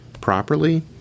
properly